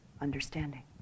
understanding